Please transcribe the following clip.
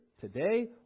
today